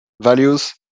values